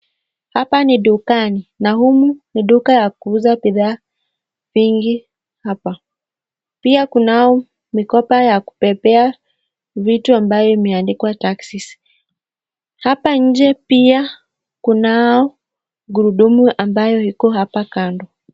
Hapa ni dukani na humu ni duka ya kuuza bidhaa vingi hapa. Pia kunao mikoba ya kubebea vitu ambayo imeandikwa taksisi. Hapa nje pia kunao gurudumu ambayo iko hapa kando.